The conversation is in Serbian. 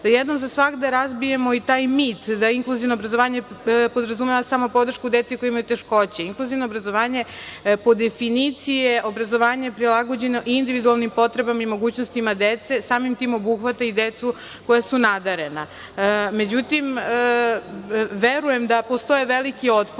jednom za svagda razbijemo i taj mit, da inkluzivno obrazovanje podrazumeva samo podršku deci koja imaju teškoće. Inkluzivno obrazovanje, po definiciji je obrazovanje prilagođeno individualnim potrebama i mogućnostima dece, samim tim obuhvata i decu koja su nadarena.Međutim, verujem da postoje veliki otpori